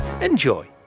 Enjoy